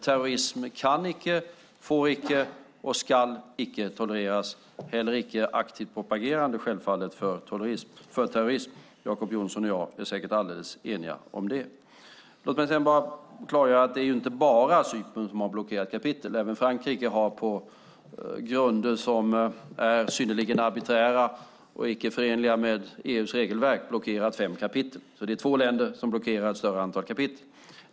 Terrorism kan icke, får icke och ska icke tolereras, självfallet heller icke aktivt propagerande för terrorism. Jacob Johnson och jag är säkert alldeles eniga om det. Låt mig sedan klargöra att det inte bara är Cypern som har blockerat kapitel. Även Frankrike har på grunder som är synnerligen arbiträra och icke förenliga med EU:s regelverk blockerat fem kapitel. Det är alltså två länder som blockerar ett större antal kapitel.